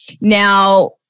Now